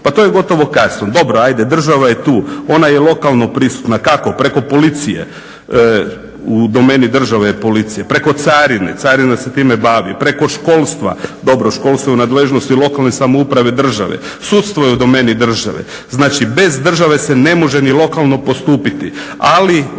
pa to je gotovo kasno, dobro ajde država je tu ona je lokalno prisutna, kako preko policije, u domeni države je policija, preko carine, carina se time bavi, preko školstva, dobro školstvo je u nadležnosti lokalne samouprave države, sudstvo je u domeni države. Znači bez države se ne može ni lokalno postupiti, ali